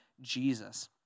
Jesus